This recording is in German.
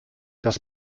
dass